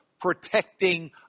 protecting